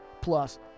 plus